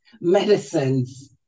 medicines